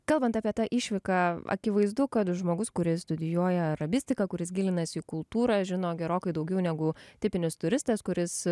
kalbant apie tą išvyką akivaizdu kad žmogus kuris studijuoja arabistiką kuris gilinasi į kultūrą žino gerokai daugiau negu tipinis turistas kuris